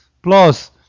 Plus